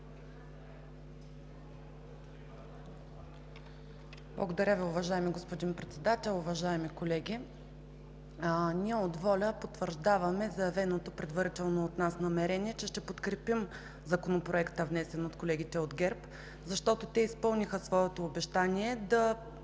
Благодаря Ви, уважаеми господин Председател. Уважаеми колеги, ние от ВОЛЯ потвърждаваме заявеното предварително от нас намерение, че ще подкрепим Законопроекта, внесен от колегите от ГЕРБ, защото те изпълниха своето обещание да